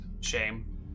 Shame